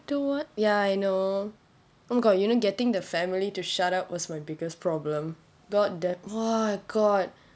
the word ya I know oh got you know getting the family to shut up was my biggest problem god damn !wah! god